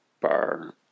bar